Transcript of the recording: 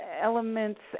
elements